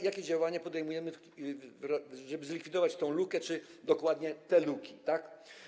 Jakie działanie podejmujemy, żeby zlikwidować tę lukę czy dokładnie te luki, tak?